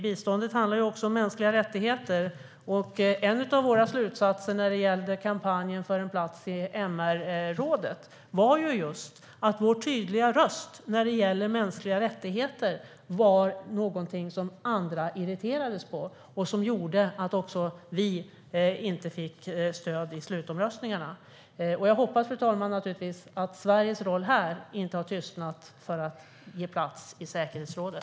Biståndet handlar också om mänskliga rättigheter, och en av våra slutsatser när det gällde kampanjen för en plats till MR-rådet var att vår tydliga röst för mänskliga rättigheter var något som andra irriterade sig på och som gjorde att vi inte fick stöd i slutomröstningen. Jag hoppas, fru talman, att Sveriges röst inte har tystnat för en plats i säkerhetsrådet.